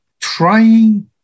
trying